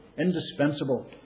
indispensable